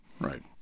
right